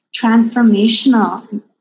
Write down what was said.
transformational